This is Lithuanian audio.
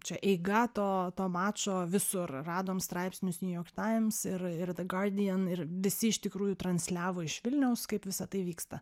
čia eiga to to mačo visur radom straipsnius new york times ir ir the guardian ir visi iš tikrųjų transliavo iš vilniaus kaip visa tai vyksta